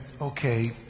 okay